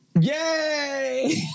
Yay